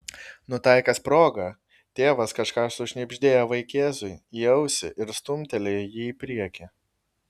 nutaikęs progą tėvas kažką sušnibždėjo vaikėzui į ausį ir stumtelėjo jį į priekį